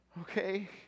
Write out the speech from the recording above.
Okay